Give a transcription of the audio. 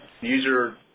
user